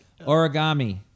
Origami